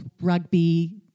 rugby